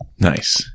Nice